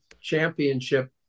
championship